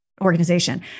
organization